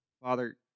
Father